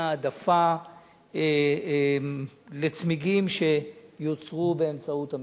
העדפה לצמיגים שיוצרו באמצעות המיחזור.